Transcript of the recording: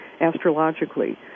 astrologically